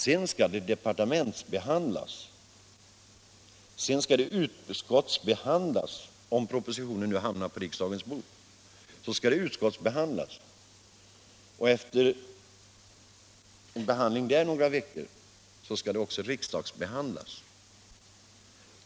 Sedan skall förslaget departementsbehandlas, därefter utskottsbehandlas — om propositionen nu hamnar på riksdagens bord — och efter behandling i utskottet under några veckor skall det också riksdagsbehandlas.